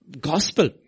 gospel